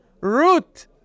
Root